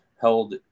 held